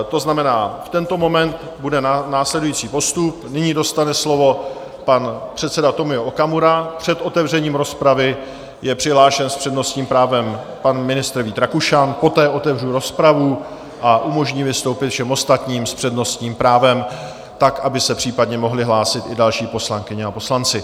To znamená, v tento moment bude následující postup: nyní dostane slovo pan předseda Tomio Okamura, před otevřením rozpravy je přihlášen s přednostním právem pan ministr Vít Rakušan, poté otevřu rozpravu a umožním vystoupit všem ostatním s přednostním právem tak, aby se případně mohli hlásit i další poslankyně a poslanci.